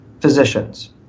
physicians